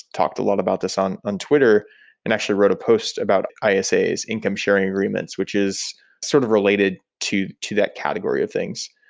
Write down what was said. talked a lot about this on on twitter and actually wrote a post about isas income sharing agreements, which is sort of related to to that category of things.